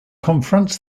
confronts